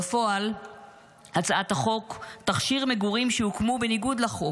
בפועל הצעת החוק תכשיר מגורים שהוקמו בניגוד לחוק,